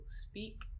speak